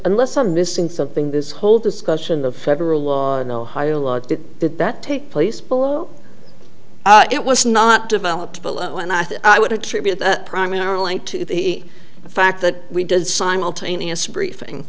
unless i'm missing something this whole discussion of federal law and ohio law did that that take place below it was not developed below and i think i would attribute that primarily to the fact that we did simultaneous briefing